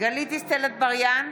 גלית דיסטל אטבריאן,